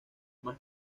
más